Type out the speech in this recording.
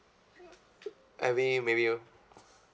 every maybe a